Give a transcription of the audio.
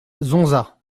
zonza